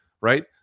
right